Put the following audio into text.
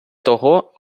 того